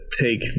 take